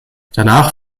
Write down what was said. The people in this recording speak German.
danach